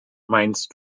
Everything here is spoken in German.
meinst